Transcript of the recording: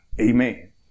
Amen